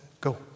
go